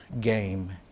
game